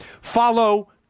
Follow